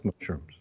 mushrooms